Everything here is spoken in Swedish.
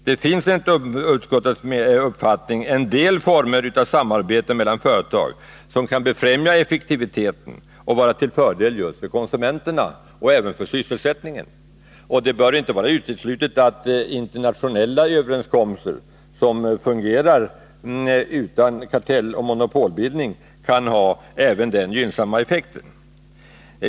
Det finns enligt utskottets uppfattning en del former av samarbete mellan företag som kan befrämja effektiviteten och vara till fördel för just konsumenterna och även för sysselsättningen. Det bör inte vara uteslutet att även internationella överenskommelser som fungerar utan kartelloch monopolbildning kan ha den gynnsamma effekten.